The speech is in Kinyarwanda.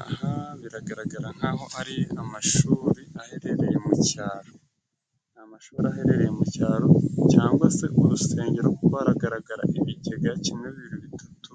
Aha biragaragara nk'aho ari amashuri aherereye mu cyaro, ni mashuri aherereye mu cyaro cyangwa se urusengero, kuko hagaragara ibigega kimwe, bibiri, bitatu,